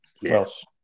Yes